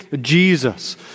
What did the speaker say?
Jesus